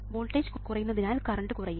voltage കുറയുന്നതിനാൽ current കുറയും